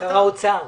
שר האוצר.